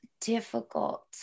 difficult